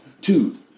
two